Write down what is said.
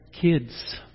kids